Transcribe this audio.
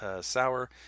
Sour